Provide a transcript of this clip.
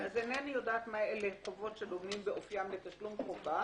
אז אינני יודעת מה אלה חובות שדומים באופיים לתשלום חובה,